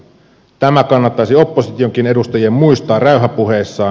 tämä kannattaisi oppositionkin edustajien muistaa räyhäpuheissaan